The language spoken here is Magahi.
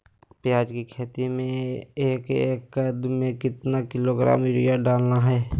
प्याज की खेती में एक एकद में कितना किलोग्राम यूरिया डालना है?